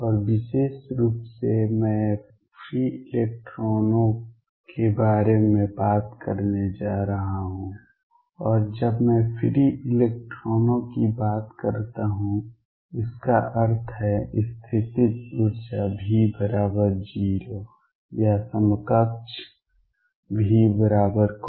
और विशेष रूप से मैं फ्री इलेक्ट्रॉनों के बारे में बात करने जा रहा हूं और जब मैं फ्री इलेक्ट्रॉनों की बात करता हूं इसका अर्थ है स्थितिज ऊर्जा V0 या समकक्ष Vconstant